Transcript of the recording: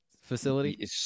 facility